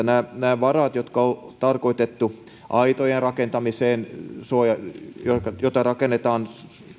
nämä nämä varat jotka on tarkoitettu aitojen rakentamiseen joita joita rakennetaan